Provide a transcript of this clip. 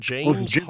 James